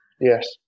Yes